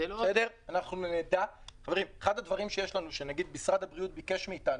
אנחנו נדע אחד הדברים שמשרד הבריאות ביקש מאתנו,